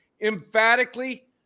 Emphatically